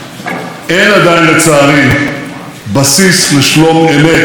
אין עדיין, לצערי, בסיס לשלום אמת,